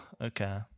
Okay